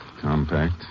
Compact